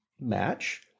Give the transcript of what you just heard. match